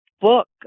Book